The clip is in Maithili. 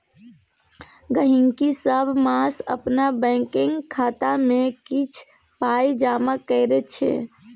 गहिंकी सब मास अपन बैंकक खाता मे किछ पाइ जमा करै छै